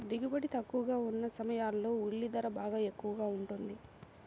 దిగుబడి తక్కువగా ఉన్న సమయాల్లో ఉల్లి ధర బాగా ఎక్కువగా ఉంటుంది